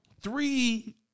three